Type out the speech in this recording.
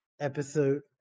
episode